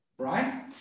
Right